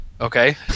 Okay